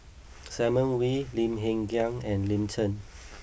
Simon Wee Lim Hng Kiang and Lin Chen